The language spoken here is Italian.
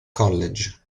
college